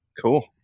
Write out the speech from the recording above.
cool